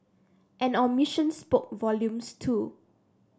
an omission spoke volumes too